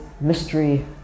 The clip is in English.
mystery